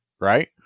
right